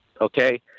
Okay